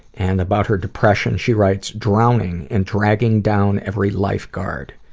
and about her depression she writes, drowning, and dragging down every lifeguard.